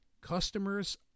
Customers